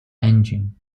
engine